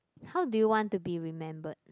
how do you want to be remembered